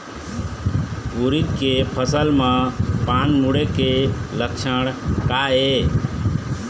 उरीद के फसल म पान मुड़े के लक्षण का ये?